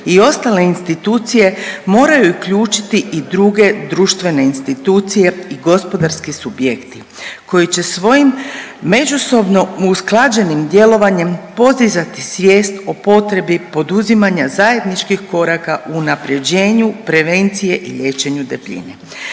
i ostale institucije moraju uključiti i druge društvene institucije i gospodarski subjekti koji će svojim međusobno usklađenim djelovanjem podizati svijest o potrebi poduzimanja zajedničkih koraka u unapređenju prevencije i liječenju debljine.